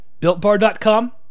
builtbar.com